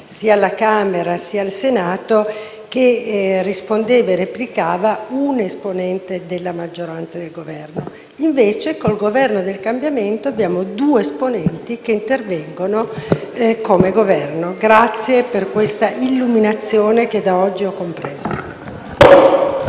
sia alla Camera che al Senato, al fatto che dopo la discussione replicassero un esponente della maggioranza e uno del Governo. Invece, con il Governo del cambiamento, abbiamo due esponenti che intervengono come Governo. Grazie per questa illuminazione che da oggi ho compreso.